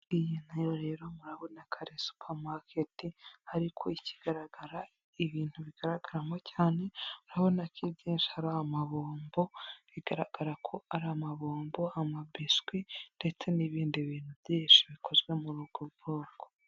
Iyi na yo rero murabona ko ari supamaketi ariko ikigaragara ibintu bigaragaramo cyane urabona ko ibyinshi ari amabombo bigaragara ko ari amabombo, amabiswi ndetse n'ibindi bintu byinshi bikozwe muri ubwo bwoko.